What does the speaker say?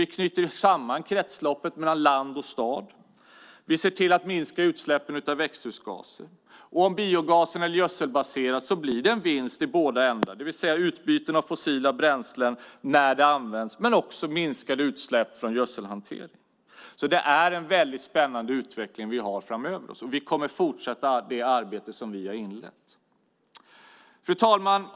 Vi knyter samman kretsloppet mellan land och stad. Vi ser till att minska utsläppen av växthusgaser, och om biogasen är gödselbaserad blir det en vinst i båda ändarna, det vill säga utbyten av fossila bränslen när de används men också minskade utsläpp från gödselhantering. Det är en väldigt spännande utveckling vi har framför oss, och vi kommer att fortsätta det arbete vi har inlett. Fru talman!